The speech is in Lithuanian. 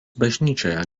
bažnyčioje